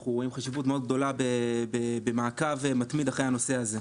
אנחנו רואים חשיבות מאוד גדולה במעקב מתמיד אחרי הנושא הזה.